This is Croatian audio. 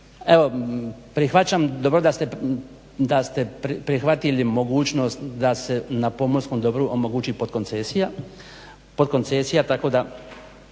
Evo prihvaćam, dobro da ste prihvatili mogućnost da se na pomorskom dobru omogući podkoncesija, tako da